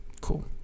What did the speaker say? Cool